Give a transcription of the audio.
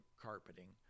carpeting